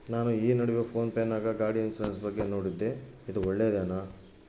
ನಾನು ಈ ನಡುವೆ ಫೋನ್ ಪೇ ನಾಗ ಗಾಡಿ ಇನ್ಸುರೆನ್ಸ್ ಬಗ್ಗೆ ನೋಡಿದ್ದೇ ಇದು ಒಳ್ಳೇದೇನಾ?